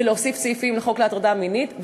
ולהוסיף סעיפים לחוק להטרדה מינית,